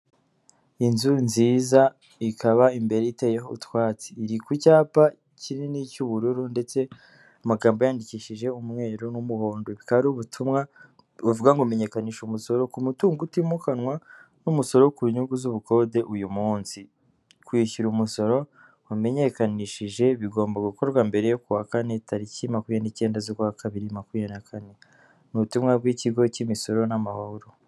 Inzu nziza ikaba imbere iteyeho utwatsi iri ku cyapa kinini cy'ubururu ndetse amagambo yandikishije umweru n'umuhondo bikaba aru butumwa buvuga ngo menyekanisha umusoro ku mutungo utimukanwa n'umusoro ku nyungu z'ubukode uyu munsi kwishyura umusoro wamenyekanishije bigomba gukorwa mbere yo kuwa kane tariki makumyabiri nicyenda z'ukwa kabiri makumyabiri na nakane n,ubutumwa bw'ikigo cy'imisoro n'amahoro